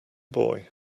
boy